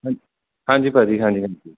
ਹਾਂਜੀ ਭਾਅ ਜੀ ਹਾਂਜੀ